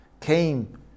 came